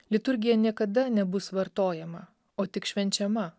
liturgija niekada nebus vartojama o tik švenčiama